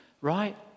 right